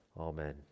Amen